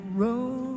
road